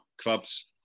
clubs